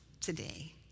today